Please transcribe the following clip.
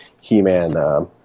He-Man